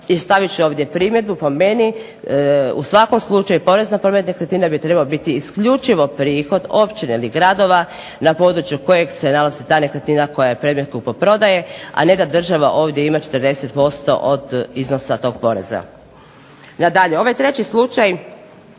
I stavit ću ovdje primjedbu, po meni u svakom slučaju porez na povrat nekretnina bi trebao biti isključivo prihod općine ili gradova na području kojeg se nalazi ta nekretnina koja je predmet kupoprodaje, a ne da država ovdje ima 40% od iznosa tog poreza. Nadalje, ovaj treći slučaj